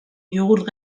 jogurt